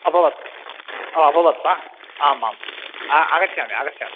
अभवत् ओ अभवत् वा आम् आं आगच्छामि आगच्छामि